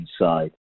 inside